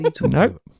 Nope